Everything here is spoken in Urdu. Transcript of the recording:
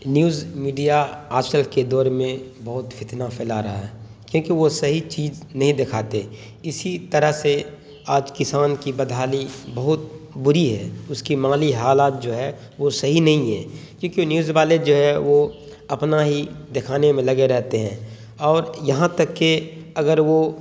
نیوز میڈیا آج کل کے دور میں بہت فتنہ پھیلا رہا ہے کیونکہ وہ صحیح چیز نہیں دکھاتے اسی طرح سے آج کسان کی بدحالی بہت بری ہے اس کی مالی حالات جو ہے وہ صحیح نہیں ہے کیونکہ نیوز والے جو ہے وہ اپنا ہی دکھانے میں لگے رہتے ہیں اور یہاں تک کہ اگر وہ